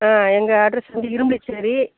ஆ எங்கள் அட்ரஸ் வந்து இரும்புலிச்சேரி